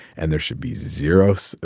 and there should be zero, so